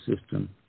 system